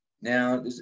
Now